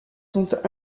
sont